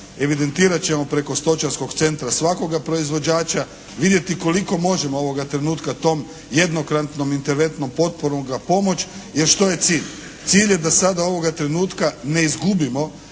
Evidentirat ćemo preko stočarskog centra svakoga proizvođača, vidjeti koliko možemo ovoga trenutka tog jednokratnom interventnom potporom ga pomoć. Jer, što je cilj? Cilj je da sada ovoga trenutka ne izgubimo